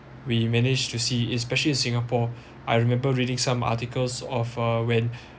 we managed to see especially in singapore I remember reading some articles of a when